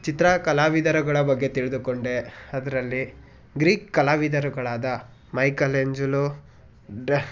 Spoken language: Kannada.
ಚಿತ್ರ ಕಲಾವಿದರುಗಳ ಬಗ್ಗೆ ತಿಳಿದುಕೊಂಡೆ ಅದರಲ್ಲಿ ಗ್ರೀಕ್ ಕಲಾವಿದರುಗಳಾದ ಮೈಕಲೆಂಜಲೋ ಡ್